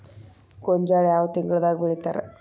ಗೋಂಜಾಳ ಯಾವ ತಿಂಗಳದಾಗ್ ಬೆಳಿತಾರ?